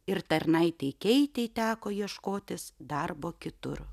ir tarnaitei keitei teko ieškotis darbo kitur